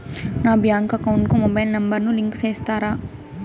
నా bank account కు mobile number ను లింకు చేస్తారా?